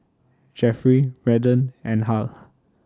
Jeffery Redden and Hal